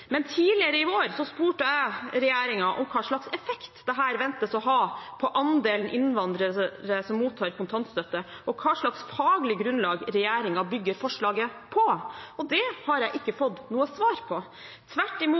men tidligere i vår spurte jeg regjeringen om hva slags effekt dette ventes å ha på andelen innvandrere som mottar kontantstøtte, og hva slags faglig grunnlag regjeringen bygger forslaget på. Det har jeg ikke fått noe svar på – tvert imot